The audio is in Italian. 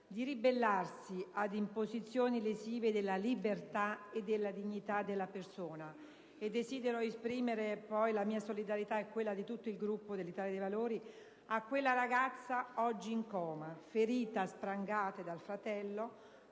di ribellarsi ad imposizioni lesive della libertà e della dignità della persona. Desidero esprimere poi la mia solidarietà, e quella di tutto il Gruppo dell'Italia dei Valori, a quella ragazza oggi in coma, ferita a sprangate dal fratello,